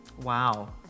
Wow